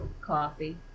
coffee